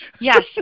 Yes